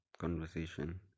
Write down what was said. conversation